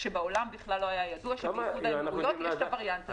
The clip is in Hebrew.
כשבעולם כלל לא היה ידוע שבאיחוד האמירויות יש הווריאנט הזה.